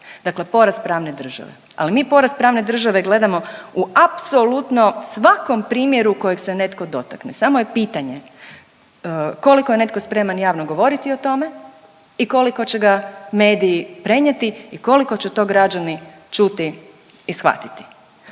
Dakle, poraz pravne države, ali mi pravne države gledamo u apsolutno svakom primjeru kojeg se netko dotakne samo je pitanje koliko je netko spreman javno govoriti o tome i koliko će ga mediji prenijeti i koliko će to građani čuti i shvatiti.